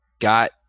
got